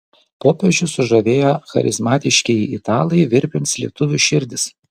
popiežių sužavėję charizmatiškieji italai virpins lietuvių širdis